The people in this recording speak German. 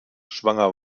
schwanger